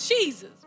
Jesus